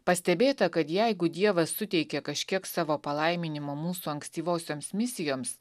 pastebėta kad jeigu dievas suteikė kažkiek savo palaiminimo mūsų ankstyvosioms misijoms